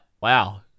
Wow